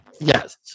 Yes